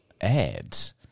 ads